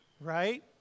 Right